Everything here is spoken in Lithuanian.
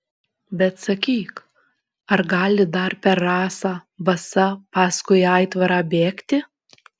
bet sakyk ar gali dar per rasą basa paskui aitvarą bėgti